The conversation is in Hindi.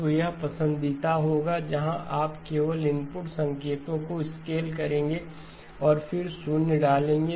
तो यह पसंदीदा होगा जहां आप केवल इनपुट संकेतों को स्केल करेंगे और फिर शून्य डालेंगे